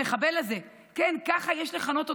המחבל הזה, כן, ככה יש לכנות אותו,